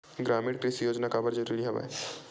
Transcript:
ग्रामीण कृषि योजना काबर जरूरी हे?